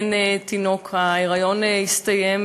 אין תינוק, ההיריון הסתיים